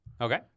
Okay